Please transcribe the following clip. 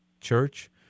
church